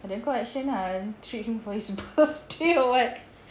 and then kau action ah treat him for his birthday or what